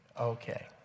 Okay